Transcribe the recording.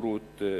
לבגרות איכותית.